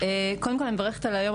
קודם כל אני מברכת על היום.